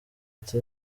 ati